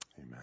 Amen